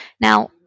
Now